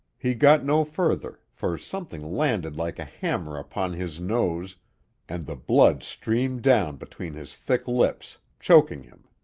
he got no further, for something landed like a hammer upon his nose and the blood streamed down between his thick lips, choking him.